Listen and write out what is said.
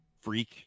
freak